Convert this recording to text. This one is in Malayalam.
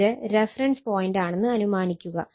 ഇത് റഫറൻസ് പോയിന്റാണെന്ന് അനുമാനിക്കുക